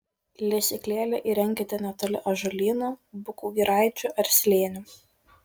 lesyklėlę įrenkite netoli ąžuolynų bukų giraičių ar slėnių